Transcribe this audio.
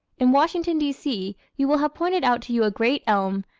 in washington, d. c, you will have pointed out to you a great elm,